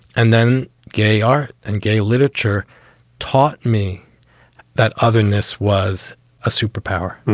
and then gay art and gay literature taught me that otherness was a superpower.